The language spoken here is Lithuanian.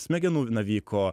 smegenų naviko